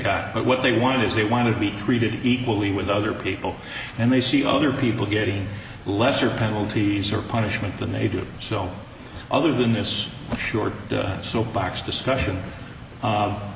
but what they want is they want to be treated equally with other people and they see other people getting lesser penalties or punishment than they do so other than this short soapbox discussion